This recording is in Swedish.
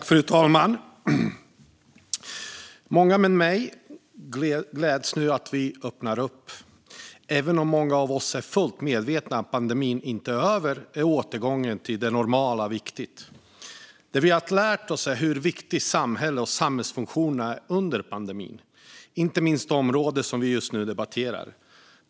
Fru talman! Många med mig gläds åt att vi nu öppnar upp. Även om många av oss är fullt medvetna om att pandemin inte är över är återgången till det normala viktig. Det vi har lärt oss är hur viktiga samhället och samhällsfunktionerna är under pandemin, och det gäller inte minst det område vi i dag debatterar.